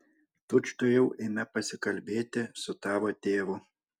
tučtuojau eime pasikalbėti su tavo tėvu